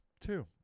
two